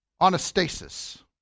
anastasis